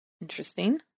interesting